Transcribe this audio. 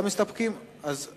נגד,